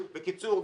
בקיצור,